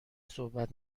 صحبت